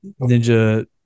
Ninja